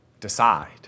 Decide